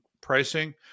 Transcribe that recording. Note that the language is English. pricing